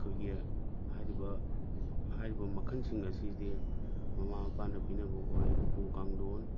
ꯑꯩꯈꯣꯏꯒꯤ ꯍꯥꯏꯔꯤꯕ ꯍꯥꯏꯔꯤꯕ ꯃꯈꯜꯁꯤꯡ ꯑꯁꯤꯗꯤ ꯃꯃꯥ ꯃꯄꯥꯅ ꯄꯤꯅꯕ ꯎꯄꯨ ꯀꯥꯡꯗꯣꯟ